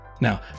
Now